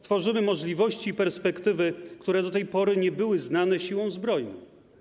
Tworzymy możliwości i perspektywy, które do tej pory nie były znane Siłom Zbrojnym.